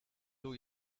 two